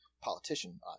politician